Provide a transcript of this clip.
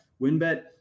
WinBet